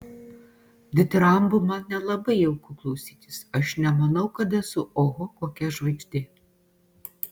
ditirambų man nelabai jauku klausytis aš nemanau kad esu oho kokia žvaigždė